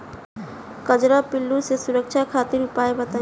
कजरा पिल्लू से सुरक्षा खातिर उपाय बताई?